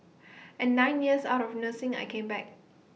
and nine years out of nursing I came back